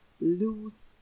lose